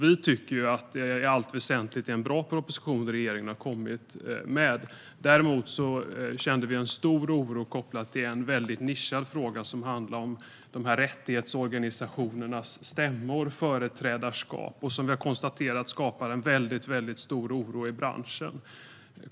Vi tycker i allt väsentligt att det är en bra proposition som regeringen har kommit med. Däremot finns det kopplat till en väldigt nischad fråga som handlar om rättighetsorganisationernas stämmor eller företrädarskap en väldigt stor oro i branschen.